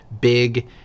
big